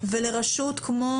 ולרשות כמו